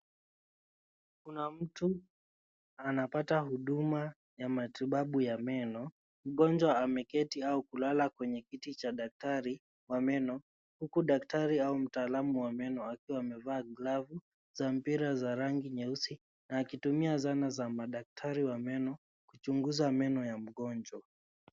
Kuna mtu anapata huduma ya matibabu ya meno. Mgonjwa ameketi au kulala kwenye kiti cha daktari wa meno huku daktari au mtaalamu wa meno akiwa amevaa glavu za mpira za rangi nyeusi na akitumia zana za madaktari wa meno kuchunguza meno ya mgonjwa.